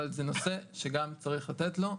אבל זה נושא שגם צריך לתת לו,